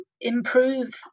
improve